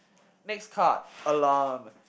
next card alarm